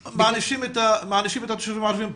מענישים את התושבים הערביים פעמיים.